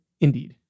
Indeed